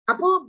Apo